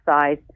size